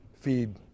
feed